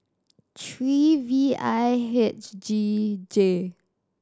three V I H G J